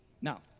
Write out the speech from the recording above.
Now